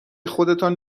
خودتان